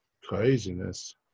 craziness